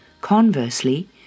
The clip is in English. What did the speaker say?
Conversely